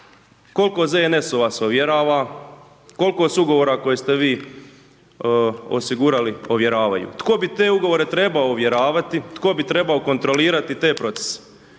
Koliko ZNS-ova se ovjerava, koliko se ugovora koje ste vi osigurali ovjeravaju, tko bi te ugovore trebao ovjeravati, tko bi trebao kontrolirati te procese?